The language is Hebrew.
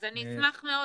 אז אני אשמח מאוד,